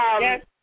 Yes